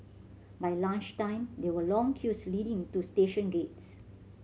by lunch time there were long queues leading to station gates